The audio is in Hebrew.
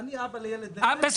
אני אבא לילד עם צרכים מיוחדים.